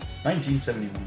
1971